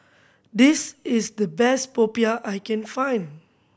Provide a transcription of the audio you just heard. this is the best Popiah I can find